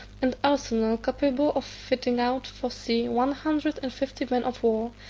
an arsenal capable of fitting out for sea one hundred and fifty men of war,